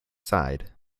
side